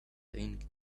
thing